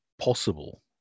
possible